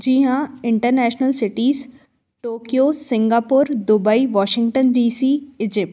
जी हाँ international cities Tokyo Singapore Dubai Washington D C Egypt